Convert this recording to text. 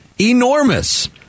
enormous